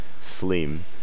slim